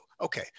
Okay